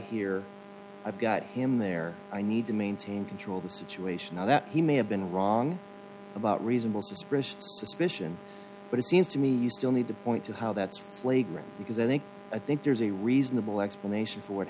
here i've got him there i need to maintain control the situation now that he may have been wrong about reasonable suspicion suspicion but it seems to me you still need to point to how that's flagrant because i think i think there's a reasonable explanation for what